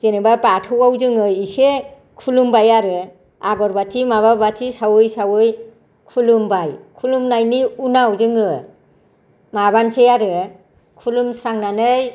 जेनेबा बाथौआव जोङो एसे खुलुमबाय आरो आगरबाथि माबा बाथि सावै सावै खुलमबाय खुलुमनायनि उनाव जोङो माबानोसै आरो खुलुमस्रांनानै